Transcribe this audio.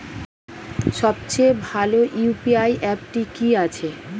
সবচেয়ে ভালো ইউ.পি.আই অ্যাপটি কি আছে?